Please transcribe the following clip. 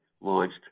launched